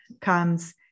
comes